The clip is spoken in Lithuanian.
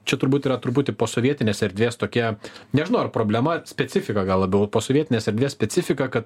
čia turbūt yra truputį posovietinės erdvės tokie nežinau ar problema specifika gal labiau posovietinės erdvės specifika kad